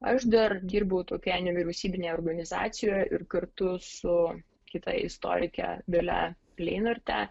aš dar dirbau tokioje nevyriausybinėje organizacijoje ir kartu su kita istorike dalia leinarte